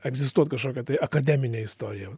egzistuot kažkokia tai akademinė istorija